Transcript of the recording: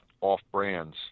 off-brands